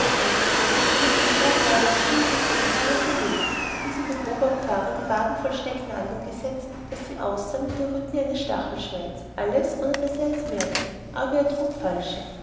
angezogen und es dem hofrat als findling vor die türe gelegt wie sie dem oberpfarrer die waden voll stecknadeln gesetzt daß sie aussahen wie der rücken eines stachelschweines alles ohne daß er es merkte denn er trug falsche